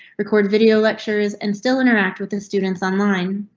record video lectures and still interact with the students online.